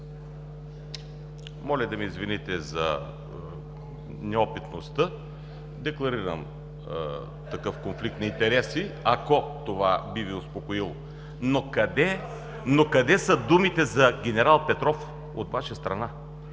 Моля да ме извините за неопитността. Декларирам такъв конфликт на интереси, ако това би Ви успокоило. Но къде са думите за ген. Петров от Ваша страна?